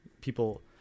people